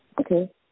Okay